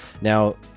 now